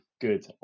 Good